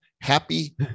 Happy